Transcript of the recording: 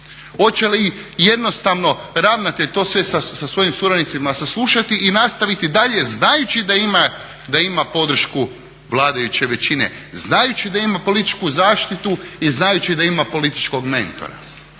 Hoće li jednostavno ravnatelj sve to svojim suradnicima saslušati i nastaviti dalje znajući da ima podršku vladajuće većine, znajući da ima političku zaštitu i znajući da ima političkog mentora.